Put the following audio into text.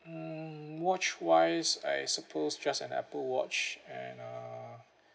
hmm watch wise I suppose just an Apple watch and uh